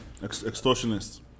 Extortionist